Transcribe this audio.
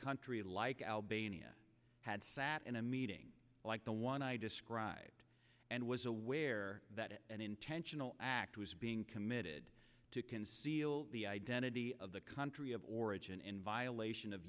country like albania had sat in a meeting like the one i described and was aware that an intentional act was being committed to conceal the identity of the country of origin in violation of